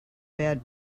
bad